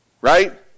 Right